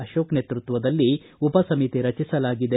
ಆಶೋಕ ನೇತೃತ್ವದಲ್ಲಿ ಉಪ ಸಮಿತಿ ರಚಿಸಲಾಗಿದೆ